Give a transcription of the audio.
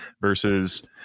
versus